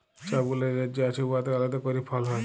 ছব গুলা যে রাজ্য আছে উয়াতে আলেদা ক্যইরে ফল হ্যয়